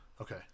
Okay